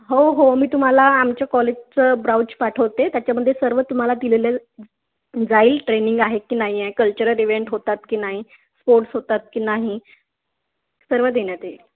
हो हो मी तुम्हाला आमच्या कॉलेजचं ब्राउच पाठवते त्याच्यामध्ये सर्व तुम्हाला दिलेलं जाईल ट्रेनिंग आहे की नाही आहे कल्चरल इव्हेंट होतात की नाही स्पोर्ट्स होतात की नाही सर्व देण्यात येईल